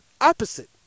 opposite